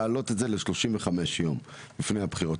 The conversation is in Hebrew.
להעלות את זה ל-35 ימים לפני הבחירות,